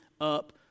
up